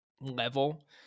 level